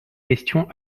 question